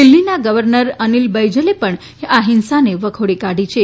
દિલ્ફીના ગવર્નર અનિલ બૈજલે પણ આ હિંસાને વખોડી કાઢી છે